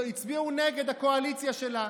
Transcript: הצביעו נגד, הקואליציה שלה.